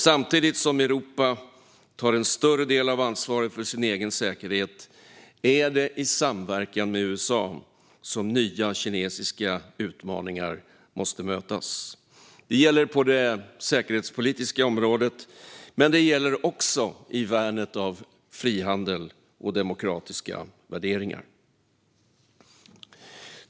Samtidigt som Europa tar en större del av ansvaret för sin egen säkerhet är det i samverkan med USA som nya kinesiska utmaningar måste mötas. Det gäller på det säkerhetspolitiska området, men det gäller också i värnet av frihandel och demokratiska värderingar.